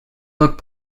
look